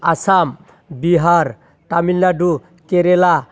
Assam Bihar Tamil Nadu Kerala